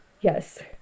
Yes